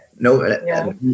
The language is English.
No